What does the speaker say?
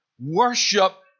Worship